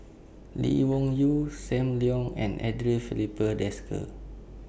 Lee Wung Yew SAM Leong and Andre Filipe Desker